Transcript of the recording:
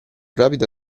rapida